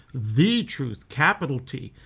the truth. capital t.